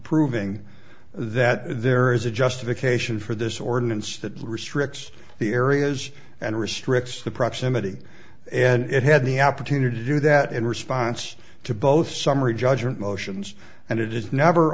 proving that there is a justification for this ordinance that restricts the areas and restricts the proximity and it had the opportunity to do that in response to both summary judgment motions and it is never